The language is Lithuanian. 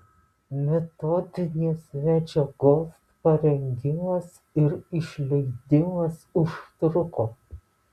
metodinės medžiagos parengimas ir išleidimas užtruko